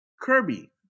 Kirby